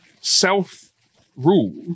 Self-rule